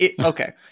okay